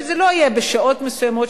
שזה לא יהיה בשעות מסוימות,